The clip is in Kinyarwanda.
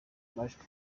amajwi